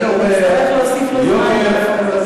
נצטרך להוסיף לו זמן.